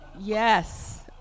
Yes